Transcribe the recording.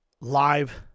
live